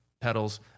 pedals